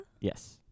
Yes